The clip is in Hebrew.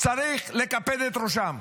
צריך לקפד את ראשם.